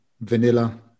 vanilla